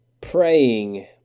praying